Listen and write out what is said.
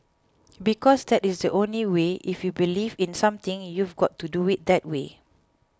because that is the only way if you believe in something you've got to do it that way